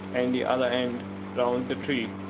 and the other end round the tree,